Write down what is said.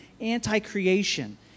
anti-creation